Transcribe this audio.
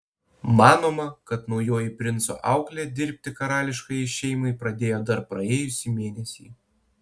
manoma kad naujoji princo auklė dirbti karališkajai šeimai pradėjo dar praėjusį mėnesį